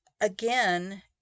Again